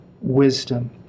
wisdom